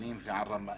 נוכלים ועל רמאים,